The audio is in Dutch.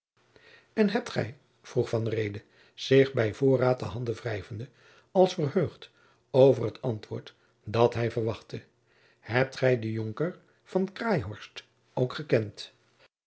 en hebt gij vroeg van reede zich bij voorraad de handen wrijvende als verheugd over het antwoord dat hij verwachtte hebt gij den jonker van craeihorst ook gekend